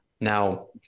Now